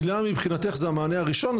הילה מבחינתך זה המענה הראשון,